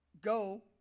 go